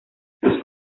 sus